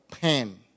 pen